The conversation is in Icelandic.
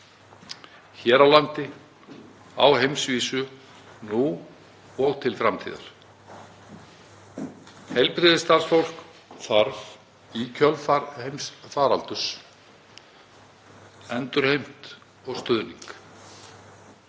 hér á landi, á heimsvísu, nú og til framtíðar. Heilbrigðisstarfsfólk þarf í kjölfar heimsfaraldurs endurheimt og stuðning.